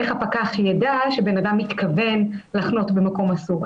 איך הפקח ידע שבן אדם התכוון לחנות במקום אסור,